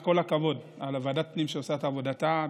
כל הכבוד על ועדת הפנים שעושה את עבודתה,